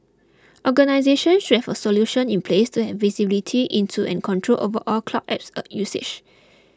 organisation should have a solution in place to have visibility into and control over all cloud apps usage